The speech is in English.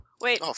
Wait